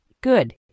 Good